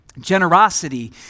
Generosity